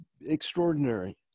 extraordinary